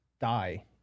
die